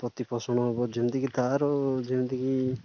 ପ୍ରତିପୋଷଣ ହବ ଯେମିତିକି ତା'ର ଯେମିତିକି